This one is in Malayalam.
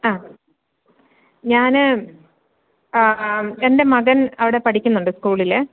ആ ഞാൻ എൻ്റെ മകൻ അവിടെ പഠിക്കുന്നുണ്ട് സ്കൂളിൽ